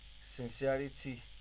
sincerity